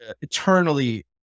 eternally